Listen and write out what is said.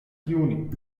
juni